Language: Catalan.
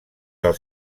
del